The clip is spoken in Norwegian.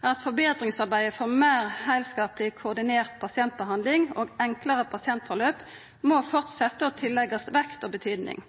at forbetringsarbeidet for meir heilskapleg, koordinert pasientbehandling og enklare pasientforløp må fortsetja og tilleggjast vekt og betyding.